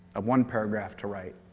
one paragraph to write,